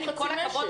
עם כל הכבוד,